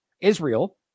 Israel